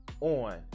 on